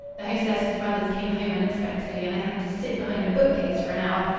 the hostess's brothers came home unexpectedly and i had to sit behind a bookcase for an hour.